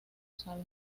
sabe